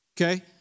Okay